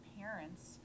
parents